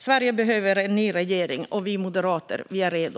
Sverige behöver en ny regering. Vi moderater är redo.